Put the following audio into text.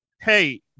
hey